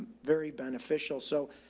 very beneficial. so,